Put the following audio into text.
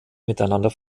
miteinander